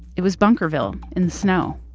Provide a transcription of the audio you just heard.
it was bunkerville in the snow